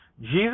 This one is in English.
Jesus